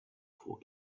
for